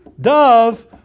dove